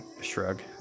shrug